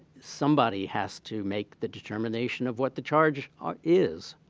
somebody has to make the determination of what the charges are is,